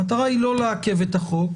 המטרה היא לא לעכב את החוק,